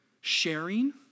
sharing